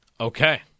Okay